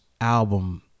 album